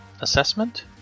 assessment